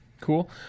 Cool